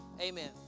amen